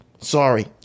Sorry